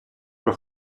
про